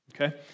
okay